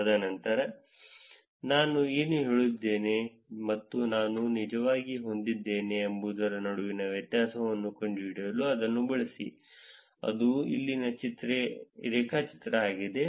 ತದನಂತರ ನಾನು ಏನು ಹೇಳಿದ್ದೇನೆ ಮತ್ತು ನಾನು ನಿಜವಾಗಿ ಹೊಂದಿದ್ದೇನೆ ಎಂಬುದರ ನಡುವಿನ ವ್ಯತ್ಯಾಸವನ್ನು ಕಂಡುಹಿಡಿಯಲು ಅದನ್ನು ಬಳಸಿ ಅದು ಇಲ್ಲಿನ ರೇಖಾಚಿತ್ರ ಆಗಿದೆ